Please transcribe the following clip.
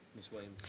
miss williams.